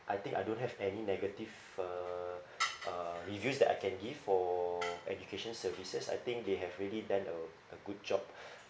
I think I don't have any negative uh uh reviews that I can give for education services I think they have really done a a good job